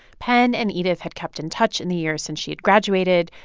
pen and edith had kept in touch in the years since she had graduated.